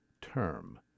term